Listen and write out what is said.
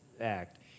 act